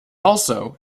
also